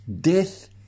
death